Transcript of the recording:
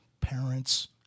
parents